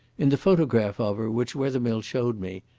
in the photograph of her which wethermill showed me,